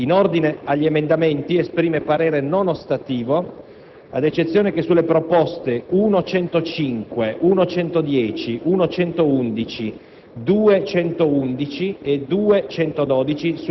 indipendentemente dal numero di prove eseguite. In ordine agli emendamenti, esprime parere non ostativo, ad eccezione che sulle proposte 1.105, 1.110, 1.111,